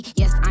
yes